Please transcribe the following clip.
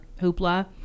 hoopla